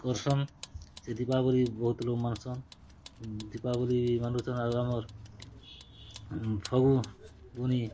କର୍ସନ୍ ସେ ଦୀପାବଳୀ ବହୁତ ଲୋକ ମାନ୍ସନ୍ ଦିପାବଳୀ ମାନୁସନ୍ ଆଘ ଆମର୍ ଫଗୁ ବୁନି